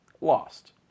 Lost